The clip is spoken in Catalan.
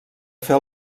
fer